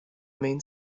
main